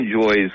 enjoys